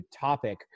topic